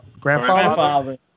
Grandfather